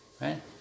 Right